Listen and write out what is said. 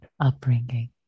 upbringing